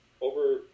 over